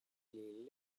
les